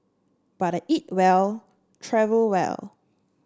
but I eat well travel well